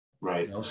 Right